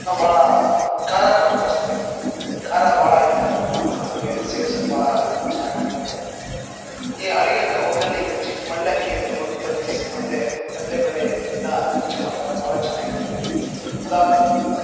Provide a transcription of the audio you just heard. ನಾವು ಬಹಳ ಖಾರ ಬ ಜಾಸ್ತಿಬೇಕು ನಮಗೆ ಖಾರ ಭಾಳ ಇತ್ತಂತಂದರೆ ಮಾತ್ರ ನಮಗೆ ಸೇವ್ಸೋಕ್ ಭಾಳ ಚೆನ್ನಾಗಾಗಿರತ್ತೆ ಈ ಅಡಿಗೆ ಅಂದರೆ ಒಗ್ಗರಣೆ ಮಿರ್ಚಿ ಮಂಡಕ್ಕಿ ತಗೊಂಡ್ಬಿಟ್ಟು ನೆನಸಿ ಮತ್ತು ಕಡಲೆಬೇಳೆ ಹಿಟ್ಟಿಂದ ಮಿರ್ಚಿ ಮಾಡ್ತಾರೆ ಭಾಳ ಚೆನ್ನಾಗಿರುತ್ತೆ ಅದಾದನಂತ್ರ